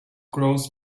grows